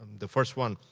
the first one,